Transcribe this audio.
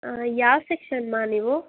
ಹಾಂ ಯಾವ ಸೆಕ್ಷನ್ ಮಾ ನೀವು